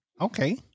Okay